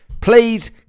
Please